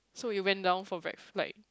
so we went down for ve~ like